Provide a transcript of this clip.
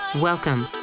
Welcome